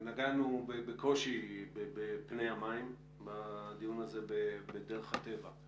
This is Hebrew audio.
נגענו בקושי בפני המים בדיון הזה בדרך הטבע,